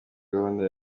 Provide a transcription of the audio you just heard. gahunda